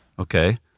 Okay